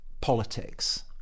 politics